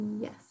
Yes